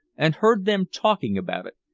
and heard them talking about it.